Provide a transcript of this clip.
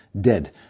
dead